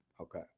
Okay